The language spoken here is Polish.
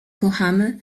kochamy